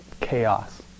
chaos